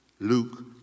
Luke